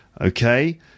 Okay